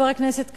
חבר הכנסת כבל,